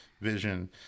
vision